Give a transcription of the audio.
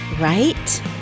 right